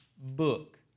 book